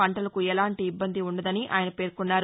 పంటలకు ఎలాంటి ఇబ్బంది ఉండదని ఆయన పేర్కొన్నారు